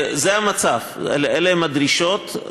זה המצב, אלה הן הדרישות.